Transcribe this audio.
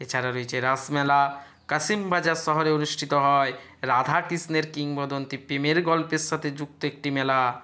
এছাড়া রয়েছে রাসমেলা কাশিম বাজার শহরে অনুষ্ঠিত হয় রাধা কৃষ্ণের কিংবদন্তি প্রেমের গল্পের সাথে যুক্ত একটি মেলা